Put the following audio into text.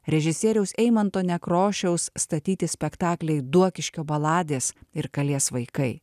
režisieriaus eimunto nekrošiaus statyti spektakliai duokiškio baladės ir kalės vaikai